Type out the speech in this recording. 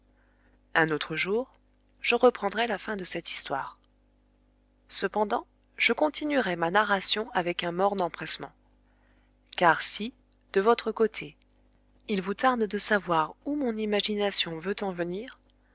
un autre jour je reprendrai la fin de cette histoire cependant je continuerai ma narration avec un morne empressement car si de votre côté il vous tarde de savoir où mon imagination veut en venir